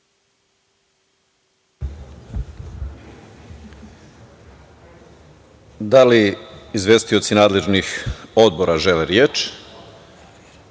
li izvestioci nadležnih odbora žele reč? Da,